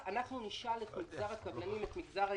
ואנחנו מבקשים להסיט את המשאבים האלה